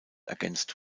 ergänzt